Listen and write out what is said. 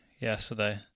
yesterday